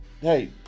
hey